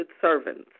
servants